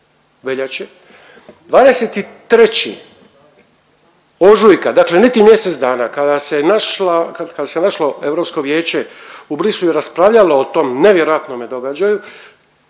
23. ožujka, dakle niti mjesec dana, kada se našla, kad se našlo Europsko vijeće u Bruxellesu i raspravljalo o tom nevjerojatnome događaju,